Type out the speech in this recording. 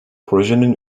projenin